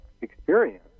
experience